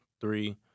Three